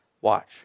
Watch